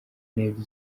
n’ebyiri